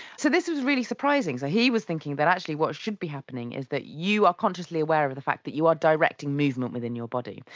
so this was really surprising. so he was thinking that actually what should be happening is that you are consciously aware of the fact that you are directing movement within your body,